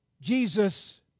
Jesus